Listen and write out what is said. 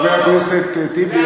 חבר הכנסת טיבי,